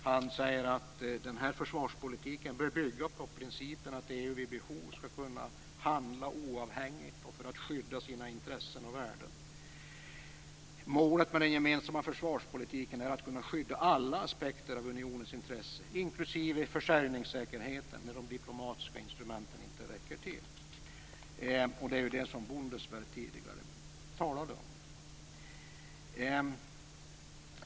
Han säger att denna försvarspolitik bör bygga på principen att EU vid behov skall kunna handla oavhängigt och för att skydda sina intressen och värden. Målet med den gemensamma försvarspolitiken sägs vara att kunna skydda alla aspekter av unionens intresse, inklusive försäljningssäkerheten, när de diplomatiska instrumenten inte räcker till. Det var just det jag nämnde tidigare i samband med Bundeswehr.